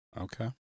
Okay